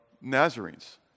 Nazarenes